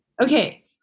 Okay